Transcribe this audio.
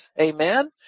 Amen